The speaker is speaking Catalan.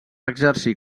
exercir